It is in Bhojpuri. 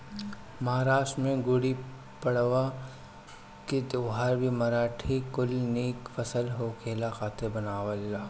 महाराष्ट्र में गुड़ीपड़वा के त्यौहार भी मराठी कुल निक फसल होखला खातिर मनावेलन